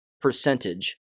percentage